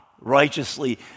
righteously